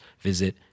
visit